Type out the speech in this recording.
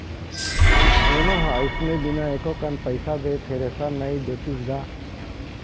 कोनो ह अइसने बिना एको कन पइसा दे थेरेसर नइ देतिस गा